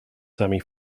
sammy